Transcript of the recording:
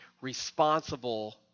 responsible